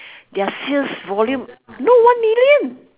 their sales volume no one million